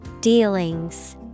Dealings